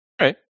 right